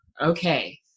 okay